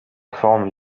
forme